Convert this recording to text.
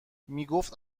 میگفت